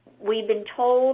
we've been told